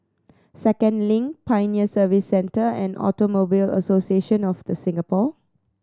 Second Link Pioneer Service Centre and Automobile Association of The Singapore